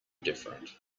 different